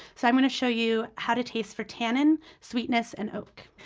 so i'm going to show you how to taste for tannin, sweetness and oak.